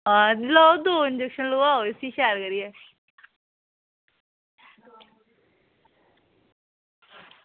लोआओ दो इंजेक्शन लोआओ इसी शैल करियै